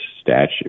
statute